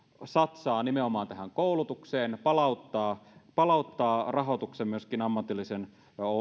satsaa nimenomaan tähän koulutukseen palauttaa palauttaa rahoituksen myöskin ammatillisen